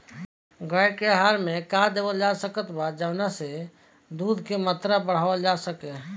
गाय के आहार मे का देवल जा सकत बा जवन से दूध के मात्रा बढ़ावल जा सके?